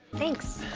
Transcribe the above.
thanks.